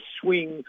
swing